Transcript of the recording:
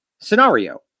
scenario